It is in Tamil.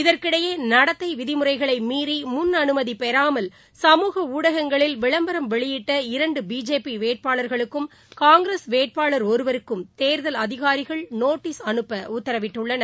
இதற்கிடையேநடத்தைவிதிமுறைகளைமீறிமுன் அனுமதிபெறாமல் சமூக ஊடகங்களில் விளம்பரம் வெளியிட்ட இரண்டுபிஜேபிவேட்பாளர்களுக்கும் காங்கிரஸ் வேட்பாளர் ஒருவருக்கும் தேர்தல் அதிகாரிகள் நோட்டீஸ் அனுப்பஉத்தரவிட்டுள்ளனர்